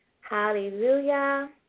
Hallelujah